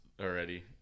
already